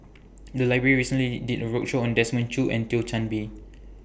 The Library recently did A roadshow on Desmond Choo and Thio Chan Bee